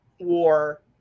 War